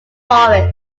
forests